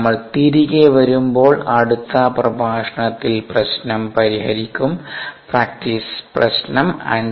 നമ്മൾ തിരികെ വരുമ്പോൾ അടുത്ത പ്രഭാഷണത്തിൽ പ്രശ്നം പരിഹരിക്കും പ്രാക്ടീസ് പ്രശ്നം 5